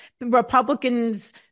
Republicans